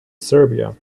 serbia